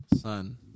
Son